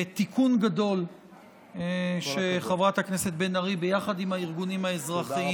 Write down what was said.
זה תיקון גדול שחברת הכנסת בן ארי הביאה יחד עם הארגונים האזרחיים.